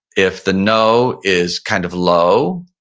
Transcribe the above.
if the know is kind of low,